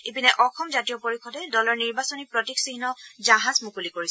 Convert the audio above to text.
ইপিনে অসম জাতীয় পৰিষদে দলৰ নিৰ্বাচনী প্ৰতীক চিহ্ন জাহাজ মুকলি কৰিছে